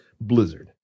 Blizzard